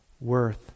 Worth